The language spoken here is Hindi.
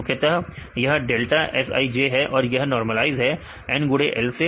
मुख्यतः यह डेल्टा S ij है और यह नॉर्मलाइज्ड है N गुडे L से